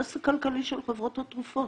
האינטרס הכלכלי של חברות התרופות,